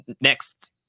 next